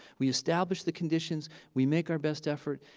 we establish the conditions, we make our best effort,